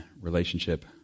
relationship